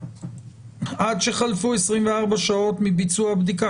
ה-אומיקרון, עד שחלפו 24 שעות מביצוע הבדיקה.